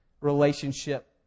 relationship